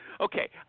Okay